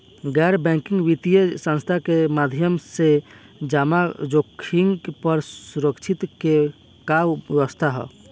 गैर बैंकिंग वित्तीय संस्था के माध्यम से जमा जोखिम पर सुरक्षा के का व्यवस्था ह?